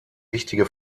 wichtige